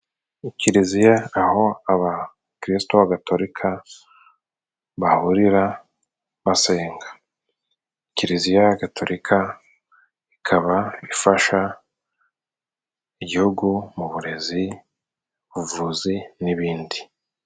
Ikiliziya aho abakirisito gatolika bahurira basenga. Kiliziya gatolika ikaba ifasha igihugu mu burezi, ubuvuzi, n'ibindi.